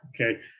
Okay